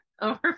over